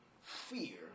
fear